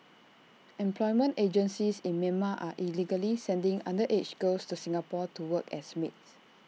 employment agencies in Myanmar are illegally sending underage girls to Singapore to work as maids